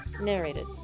narrated